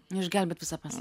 nu išgelbėt visą pasaulį